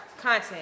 content